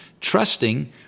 trusting